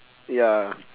ya